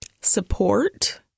support